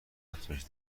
افزایش